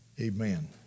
amen